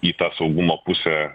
į tą saugumo pusę